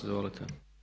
Izvolite.